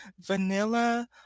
vanilla